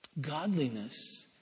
godliness